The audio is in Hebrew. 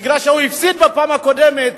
מפני שהוא הפסיד בפעם הקודמת,